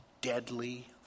deadly